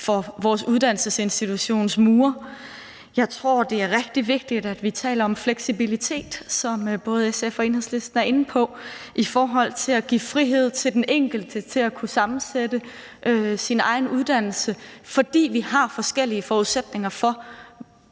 for vores uddannelsesinstitutioners mure. Jeg tror, det er rigtig vigtigt, at vi taler om fleksibilitet, som både SF og Enhedslisten er inde på, i forhold til at give frihed til den enkelte til at kunne sammensætte sin egen uddannelse. For vi har forskellige forudsætninger for,